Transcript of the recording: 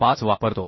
25 वापरतो